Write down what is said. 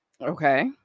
Okay